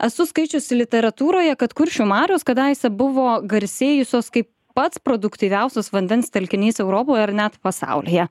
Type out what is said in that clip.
esu skaičiusi literatūroje kad kuršių marios kadaise buvo garsėjusios kaip pats produktyviausias vandens telkinys europoje ar net pasaulyje